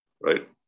Right